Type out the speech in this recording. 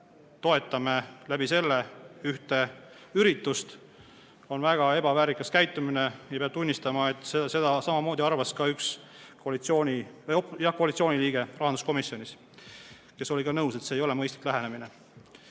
toetame selle kaudu ühte üritust, on väga ebaväärikas käitumine. Peab tunnistama, et samamoodi arvas ka üks koalitsiooni liige rahanduskomisjonis, kes oli nõus, et see ei ole mõistlik lähenemine.